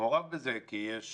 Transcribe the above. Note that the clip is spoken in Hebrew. מעורב בזה כי יש